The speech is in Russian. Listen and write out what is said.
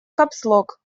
капслок